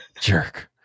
Jerk